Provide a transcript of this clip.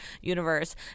universe